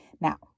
Now